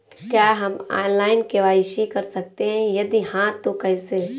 क्या हम online KYC कर सकते हैं यदि हाँ तो कैसे?